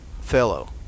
fellow